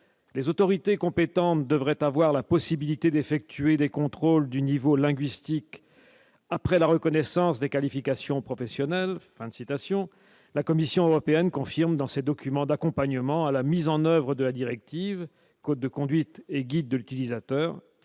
les autorités compétentes devraient avoir la possibilité d'effectuer des contrôles du niveau linguistique après la reconnaissance des qualifications professionnelles, fin de citation, la Commission européenne confirme dans ces documents d'accompagnement à la mise en oeuvre de la directive code de conduite et guide de l'utilisateur,